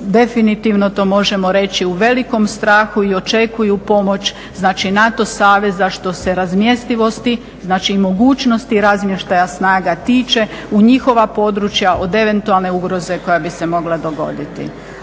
definitivno to možemo reći u velikom strahu i očekuju pomoć znači NATO saveza što se razmjestivosti, znači i mogućnosti razmještaja snaga tiče u njihova područja od eventualne ugroze koja bi se mogla dogoditi.